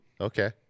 Okay